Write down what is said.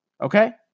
okay